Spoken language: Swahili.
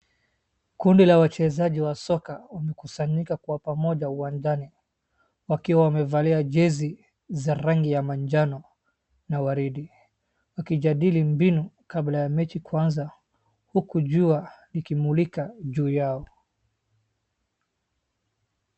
Kundi la wachezaji wasoka wamekusanyika kwa pamoja uwanjani wakiwa wamevalia jezi za rangi ya majano na waridi. Wakijadili mbinu kabla ya mechi kuanza huku jua likimulika juu yao.